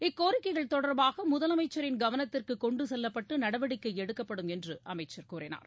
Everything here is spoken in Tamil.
இக்கோரிக்கைகள் தொடர்பாக முதலமைச்சரின் கவனத்திற்கு கொண்டு செல்லப்பட்டு நடவடிக்கை எடுக்கப்படும் என்று அமைச்சர் கூறினார்